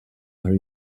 are